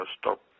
stop